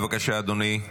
אוהד טל, בבקשה, אדוני,